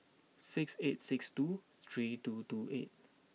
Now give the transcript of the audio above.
six eight six two three two two eight